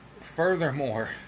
Furthermore